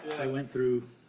went through,